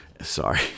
Sorry